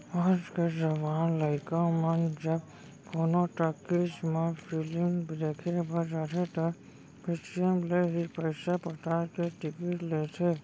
आज के जवान लइका मन जब कोनो टाकिज म फिलिम देखे बर जाथें त पेटीएम ले ही पइसा पटा के टिकिट लेथें